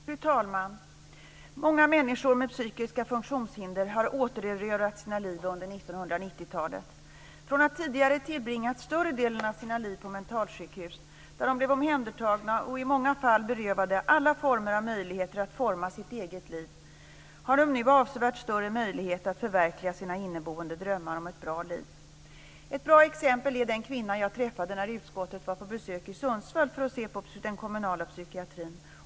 Fru talman! Många människor med psykiska funktionshinder har återerövrat sina liv under 1990 talet. Från att tidigare ha tillbringat större delen av sina liv på mentalsjukhus, där de blev omhändertagna och i många fall berövade alla former av möjligheter att forma sitt eget liv, har de nu avsevärt större möjlighet att förverkliga sina inneboende drömmar om ett bra liv. Ett bra exempel är den kvinna jag träffade när utskottet var på besök i Sundsvall för att se på den kommunala psykiatrin.